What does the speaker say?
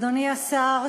אדוני השר,